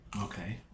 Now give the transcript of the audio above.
Okay